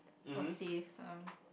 or save some